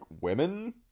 women